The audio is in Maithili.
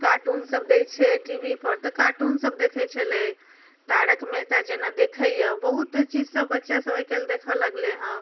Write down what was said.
कार्टूनसब दै छै वी पर तऽ कार्टूनसब देखै छलै तारक मेहता जेना देखैए बहुत चीजसब बच्चासब आइ काल्हि देखऽ लगलै हँ